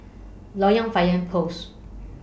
Loyang Fire Post